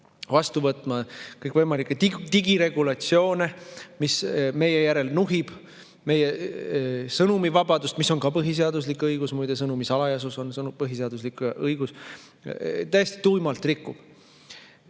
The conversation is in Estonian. vastu võtma kõikvõimalikke digiregulatsioone, mille alusel saab meie järel nuhkida, [rikkuda] meie sõnumivabadust, mis on ka põhiseaduslik õigus. Muide, sõnumi salajasus on põhiseaduslik õigus. Täiesti tuimalt rikub.